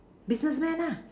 businessman